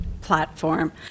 platform